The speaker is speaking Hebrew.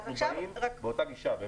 אנחנו באים באותה גישה.